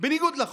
בניגוד לחוק,